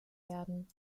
werden